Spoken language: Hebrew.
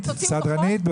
יש פה סדרנית?